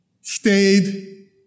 stayed